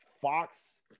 fox